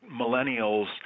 millennials